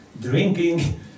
drinking